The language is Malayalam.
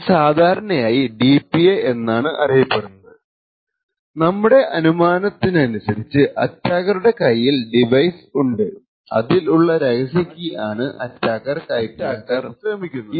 ഇത് സാധാരണയായി DPA എന്നാണ് അറിയപ്പെടുന്നത് നമ്മുടെ അനുമാനമനുസരിച്ചു അറ്റാക്കറുടെ കൈയിൽ ഡിവൈസ് ഉണ്ട് അതിനുള്ളിൽ ഉള്ള രഹസ്യ കീ ആണ് അറ്റാക്കർ കൈക്കലാക്കാൻ ശ്രമിക്കുന്നത്